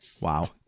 Wow